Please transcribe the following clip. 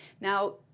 Now